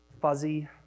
fuzzy